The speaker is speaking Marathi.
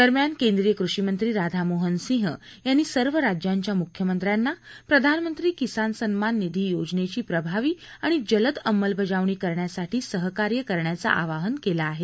दरम्यान केंद्रीय कृषी मंत्री राधामोहन सिंह यांनी सर्व राज्यांच्या मुख्यमंत्र्यांना प्रधानमंत्री किसान सन्मान निधी योजनेची प्रभावी आणि जलद अमलबजावणी करण्यासाठी सहकार्य करण्याचं आवाहन केलं आहे